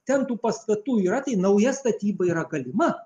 ten tų pastatų yra tai nauja statyba yra galima